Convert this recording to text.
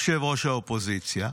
יושב-ראש האופוזיציה: